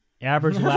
average